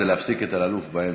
זה להפסיק את אלאלוף באמצע.